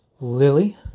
Lily